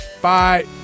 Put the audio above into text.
bye